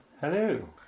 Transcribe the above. Hello